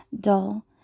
dull